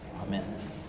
Amen